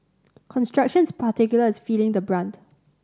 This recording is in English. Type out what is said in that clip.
constructions particular is feeling the brunt